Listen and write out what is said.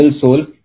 soul